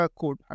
Code